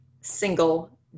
single